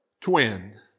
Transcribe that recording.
twin